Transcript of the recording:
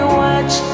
watch